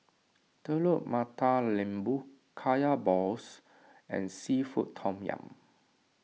Telur Mata Lembu Kaya Balls and Seafood Tom Yum